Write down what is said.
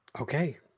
Okay